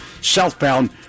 southbound